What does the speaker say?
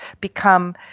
become